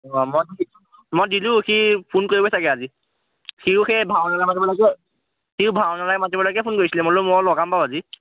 অঁ মই মই দিলোঁ সি ফোন কৰিব চাগে আজি সিও সেই ভাওনালৈ মাতিবলৈকে সিও ভাওনালৈ মাতিবলৈকে ফোন কৰিছিলে মই লৈ মই লগাম বাৰু আজি